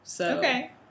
Okay